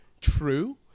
true